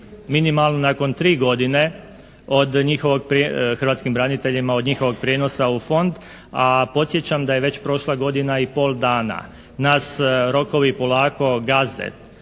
minimalno nakon 3 godine od hrvatskim braniteljima od njihovog prijenosa u fond, a podsjećam da je već prošla godina i pol dana. Nas rokovi polako gaze.